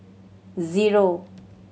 zero